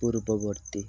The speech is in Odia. ପୂର୍ବବର୍ତ୍ତୀ